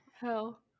Hell